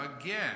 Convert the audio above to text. again